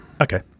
Okay